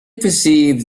perceived